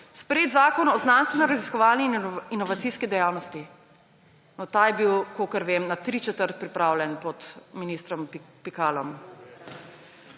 Sprejet Zakon o znanstvenoraziskovalni in inovacijski dejavnosti. Ta je bil, kolikor vem, na tri četrt pripravljen pod ministrom Pikalom.